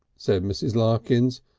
said mrs. larkins,